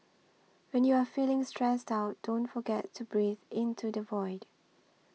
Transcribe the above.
when you are feeling stressed out don't forget to breathe into the void